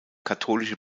katholische